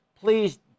Please